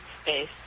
space